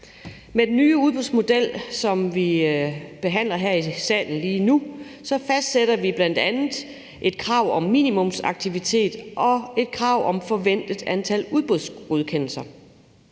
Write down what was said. Med den nye udbudsmodel, som vi behandler her i salen lige nu, fastsætter vi bl.a. et krav om minimumsaktivitet og et krav om et forventet antal udbudsgodkendelser.